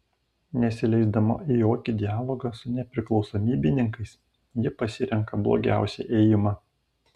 nesileisdama į jokį dialogą su nepriklausomybininkais ji pasirenka blogiausią ėjimą